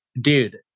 dude